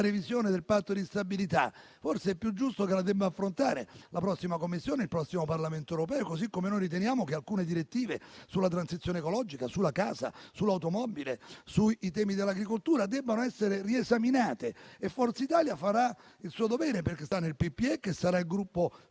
revisione del Patto forse è più giusto che la debbano affrontare la prossima Commissione e il prossimo Parlamento europeo. Riteniamo altresì che alcune direttive sulla transizione ecologica, sulla casa, sull'automobile, sui temi dell'agricoltura debbano essere riesaminate. Forza Italia farà il suo dovere, perché sta nel PPE, che sarà il gruppo